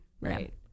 right